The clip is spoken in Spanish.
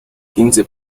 quince